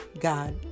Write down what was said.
God